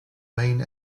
main